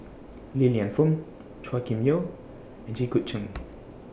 Li Lienfung Chua Kim Yeow and Jit Koon Ch'ng